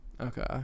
Okay